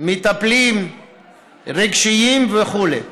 מטפלים רגשיים וכו'.